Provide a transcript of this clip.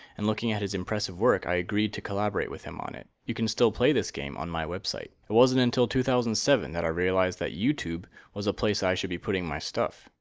and looking at his impressive work i agreed to collaborate with him on it. you can still play this game on my website. it wasn't until two thousand and seven that i realized that youtube was a place i should be putting my stuff.